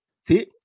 See